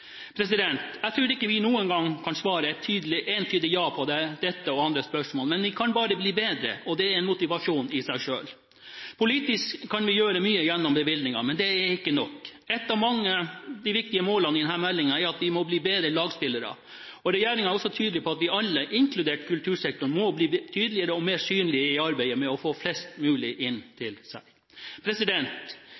Jeg tror ikke vi noen gang kan svare et entydig ja på dette og andre spørsmål, men vi kan bare bli bedre. Det er en motivasjon i seg selv. Politisk kan vi gjøre mye gjennom bevilgninger, men det er ikke nok. Et av de mange viktige målene i denne meldingen er at vi må bli bedre lagspillere. Regjeringen er også tydelig på at vi alle, inkludert kultursektoren, må bli tydeligere og mer synlige i arbeidet med å få flest mulig inn